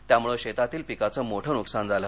त्यामुळं शेतातील पिकांचं मोठं नुकसान झालं